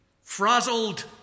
Frazzled